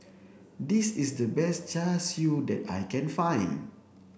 this is the best char siu that I can find